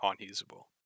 unusable